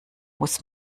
muss